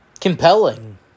Compelling